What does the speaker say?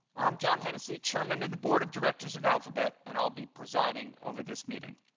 i'm john hennessy, chairman of the board of directors of alphabet, and i'll be presiding over this meeting.